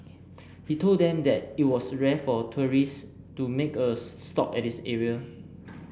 he told them that it was rare for tourists to make a stop at this area